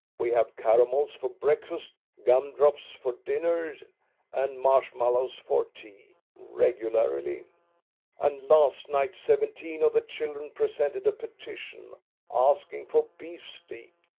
we have caramels for breakfast, gum-drops for dinner and marshmallows for tea, regularly, and last night seventeen of the children presented a petition asking for beefsteak,